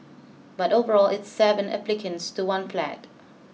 but overall it's seven applicants to one flat